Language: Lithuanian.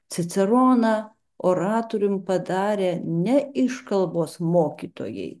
ciceroną oratorium padarė ne iškalbos mokytojai